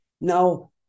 Now